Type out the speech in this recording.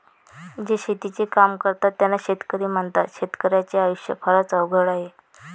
जे शेतीचे काम करतात त्यांना शेतकरी म्हणतात, शेतकर्याच्या आयुष्य फारच अवघड आहे